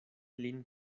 lin